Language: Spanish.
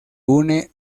une